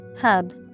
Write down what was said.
Hub